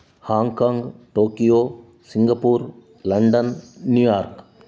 Hong Kong Tokyo Singapore London New York